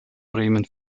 bremen